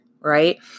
right